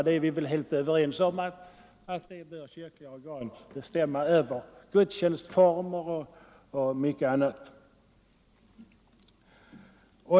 Vi är väl helt överens om att dem bör kyrkliga organ bestämma över, liksom över gudstjänstformerna och mycket annat.